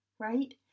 right